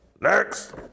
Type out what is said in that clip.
next